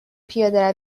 پیاده